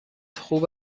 خوب